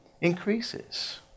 increases